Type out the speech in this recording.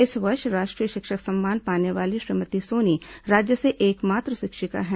इस वर्ष राष्ट्रीय शिक्षक सम्मान पाने वाली श्रीमती सोनी राज्य से एकमात्र शिक्षिका है